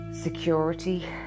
Security